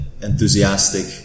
enthusiastic